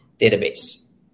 database